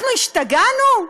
אנחנו השתגענו?